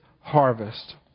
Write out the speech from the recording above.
harvest